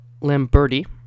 Lamberti